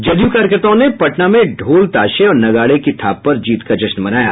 जदयू कार्यकर्ताओं ने पटना में ढोल ताशे और नगाडे की थाप पर जीत का जश्न मनाया